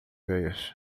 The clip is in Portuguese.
veias